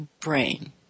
brain